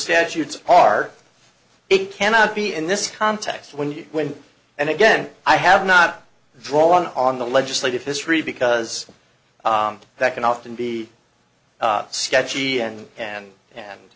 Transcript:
statutes are it cannot be in this context when you when and again i have not drawn on the legislative history because that can often be sketchy and and